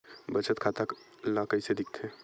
बचत खाता ला कइसे दिखथे?